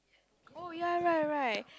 oh ya right right